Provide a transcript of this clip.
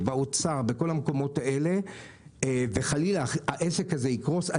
באוצר ובכל המקומות האלה וחלילה העסק הזה יקרוס,